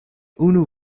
unu